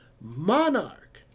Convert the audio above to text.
monarch